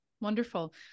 wonderful